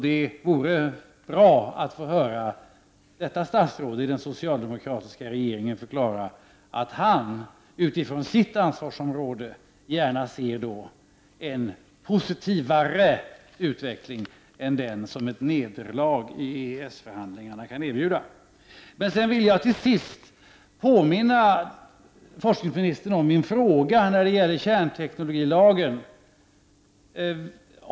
Det vore bra att få höra detta statsråd i den socialdemokratiska regeringen förklara att han utifrån sitt ansvarsområde gärna ser en positivare utveckling än den som ett nederlag i EES-förhandlingarna kan erbjuda. Till sist vill jag påminna forskningsministern om min fråga när det gäller kärnteknologilagen.